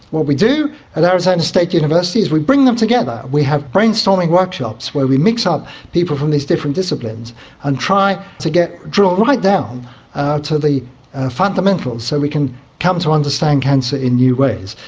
what we do at arizona state university is we bring them together. we have brainstorming workshops where we mix up people from these different disciplines and try to drill right down to the fundamentals so we can come to understand cancer in new ways.